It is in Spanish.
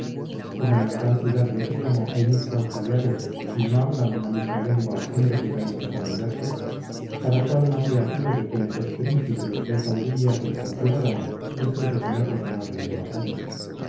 como en la gran ciudad de príamo hay muchos auxiliares y no hablan una misma lengua hombres de países tan diversos cada cualmande á aquellos de quienes es príncipe y acaudille á sus conciudadanos después de ponerlos en orden de batalla